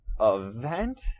event